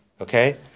Okay